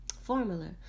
formula